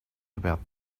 about